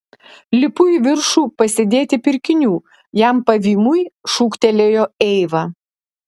lipu į viršų pasidėti pirkinių jam pavymui šūktelėjo eiva